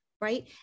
right